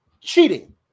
Cheating